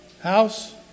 House